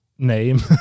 Name